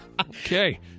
Okay